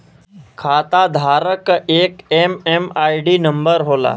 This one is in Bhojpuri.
खाताधारक क एक एम.एम.आई.डी नंबर होला